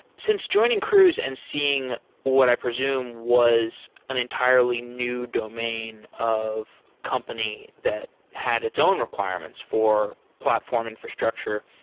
since joining cruise and seeing what i presume was an entirely new domain of company that had its own requirements for platform infrastructure,